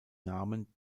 namen